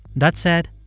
that said,